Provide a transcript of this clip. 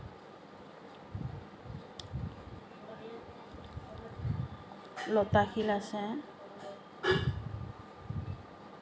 লতাশিল আছে